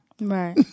right